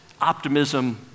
optimism